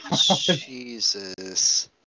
Jesus